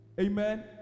Amen